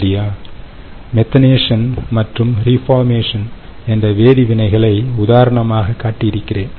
சரியா மெத்தனேஷன் மற்றும் ரீபார்மேஷன் என்ற வேதிவினைகளை உதாரணமாக காட்டியிருக்கிறேன்